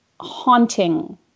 haunting